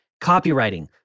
copywriting